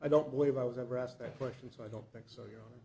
i don't believe i was ever asked that question so i don't think so y